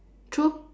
true